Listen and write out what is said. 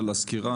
על הסקירה,